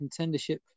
contendership